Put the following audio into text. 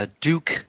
Duke